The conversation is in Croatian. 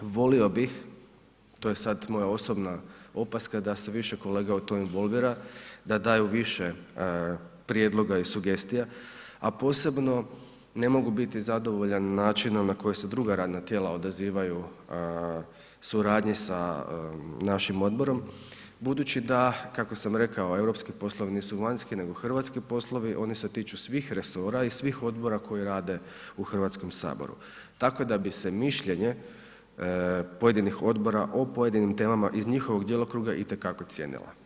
Volio bih, to je sad moja osobna opaska da se više kolega o tome involvira, da daju više prijedloga i sugestija, a posebno ne mogu biti zadovoljan načinom na koji se druga radna tijela odazivaju suradnji sa našim odborom budući da, kako sam rekao, europski poslovi nisu vanjski, nego hrvatski poslovi, oni se tiču svih resora i svih odbora koji rade u HS, tako da bi se mišljenje pojedinih odbora o pojedinim temama iz njihovog djelokruga itekako cijenila.